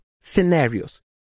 scenarios